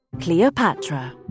Cleopatra